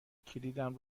کلیدم